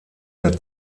der